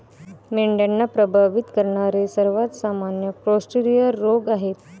मेंढ्यांना प्रभावित करणारे सर्वात सामान्य क्लोस्ट्रिडियल रोग आहेत